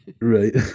Right